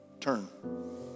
turn